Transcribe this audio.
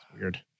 Weird